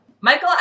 Michael